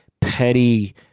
petty